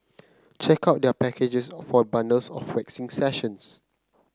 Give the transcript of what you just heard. check out their packages for bundles of waxing sessions